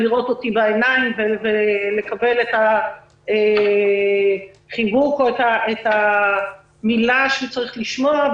לראות אותי בעיניים ולקבל את החיבוק או את המילה שהוא צריך לשמוע.